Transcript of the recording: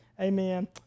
Amen